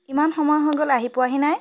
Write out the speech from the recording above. ইমান সময় হৈ গ'ল আহি পোৱাহি নাই